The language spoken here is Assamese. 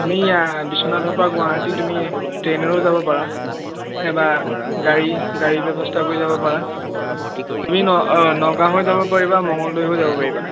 তুমি বিশ্বনাথৰ পৰা গুৱাহাটী তুমি ট্ৰেনেৰেও যাব পাৰা নাইবা গাড়ী গাড়ী ব্যৱস্থা কৰিও যাব পাৰা তুমি নগাঁও হৈ যাব পাৰিবা মঙ্গলদৈ হৈ যাব পাৰিবা